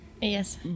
yes